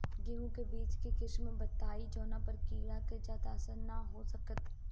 गेहूं के बीज के किस्म बताई जवना पर कीड़ा के ज्यादा असर न हो सके?